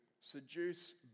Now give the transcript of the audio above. seduce